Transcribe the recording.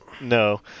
no